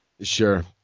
Sure